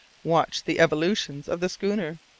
watched the evolutions of the schooner.